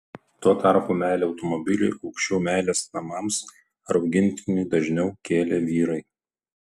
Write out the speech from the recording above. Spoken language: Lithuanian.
tuo tarpu meilę automobiliui aukščiau meilės namams ar augintiniui dažniau kėlė vyrai